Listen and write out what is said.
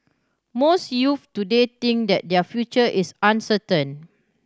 most youths today think that their future is uncertain